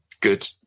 good